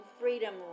freedom